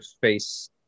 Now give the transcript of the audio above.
face